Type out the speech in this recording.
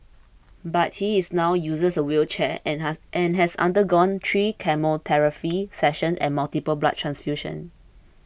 but he is now uses a wheelchair and has and has undergone three chemotherapy sessions and multiple blood transfusions